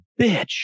bitch